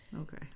okay